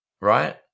right